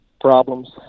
problems